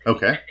Okay